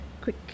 quick